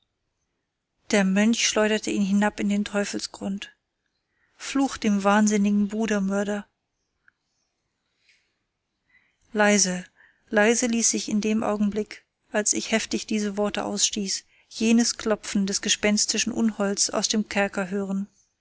der mönch schleuderte ihn hinab in den teufelsgrund fluch dem wahnsinnigen brudermörder leise leise ließ sich in dem augenblick als ich heftig diese worte ausstieß jenes klopfen des gespenstischen unholds aus dem kerker hören